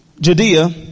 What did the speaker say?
Judea